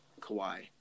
Kawhi